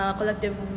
collective